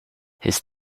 his